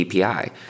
API